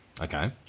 Okay